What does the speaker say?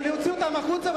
להוציא אותו החוצה,